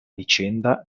vicenda